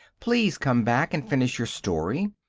please come back and finish your story!